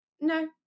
No